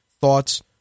thoughts